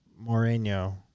Moreno